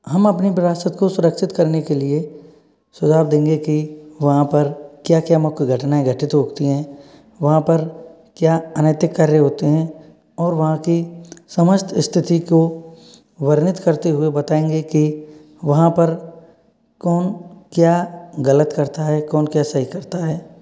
हम अपनी विरासत को सुरक्षित करने के लिए सुझाव देंगे की वहाँ पर क्या क्या मुख्य घटनाएँ घटित होती हैं वहाँ पर क्या अनैतिक कर रहे होते हैं और वहाँ की समस्त स्तिथि को वर्णित करते हुए बताएंगे कि वहाँ पर कौन क्या गलत करता है कौन क्या सही करता है